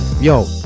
yo